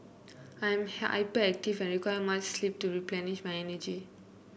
I am hyperactive and require much sleep to replenish my energy